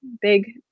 Big